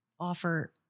offer